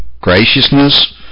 graciousness